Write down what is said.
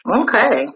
okay